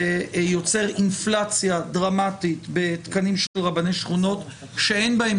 זה יוצר אינפלציה דרמטית בתקנים של רבני שכונות שאין בהם